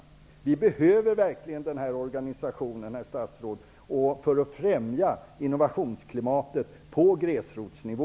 Vi behöver verkligen den organisationen för att främja innovationsklimatet på gräsrotsnivå.